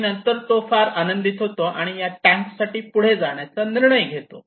आणि नंतर तो फार आनंदित होतो आणि या टॅंक साठी पुढे जाण्याचा निर्णय घेतो